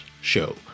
Show